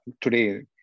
today